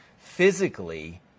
physically